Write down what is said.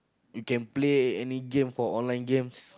you can play any games for online games